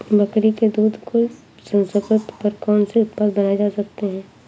बकरी के दूध को प्रसंस्कृत कर कौन से उत्पाद बनाए जा सकते हैं?